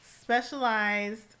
Specialized